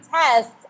tests